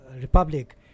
Republic